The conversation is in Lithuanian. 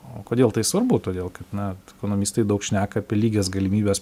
o kodėl tai svarbu todėl kad na ekonomistai daug šneka apie lygias galimybes